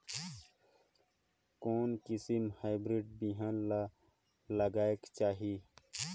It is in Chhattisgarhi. कोन किसम हाईब्रिड बिहान ला लगायेक चाही?